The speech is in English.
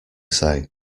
say